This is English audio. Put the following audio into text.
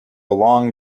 long